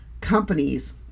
companies